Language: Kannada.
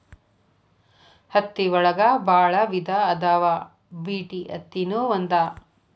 ಹತ್ತಿ ಒಳಗ ಬಾಳ ವಿಧಾ ಅದಾವ ಬಿಟಿ ಅತ್ತಿ ನು ಒಂದ